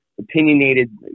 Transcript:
Opinionated